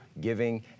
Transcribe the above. giving